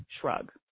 shrug